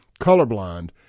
colorblind